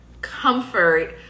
comfort